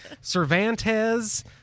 Cervantes